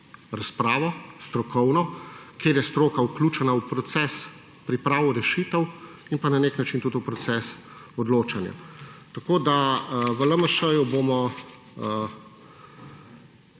razpravo, kjer je stroka vključena v proces priprav rešitev in na nek način tudi v proces odločanja. Tako da v LMŠ bomo